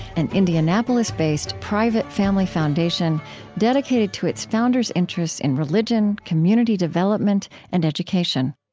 an indianapolis-based, private family foundation dedicated to its founders' interests in religion, community development, and education